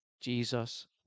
Jesus